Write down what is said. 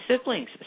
Siblings